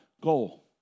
goal